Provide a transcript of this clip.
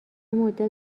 مدت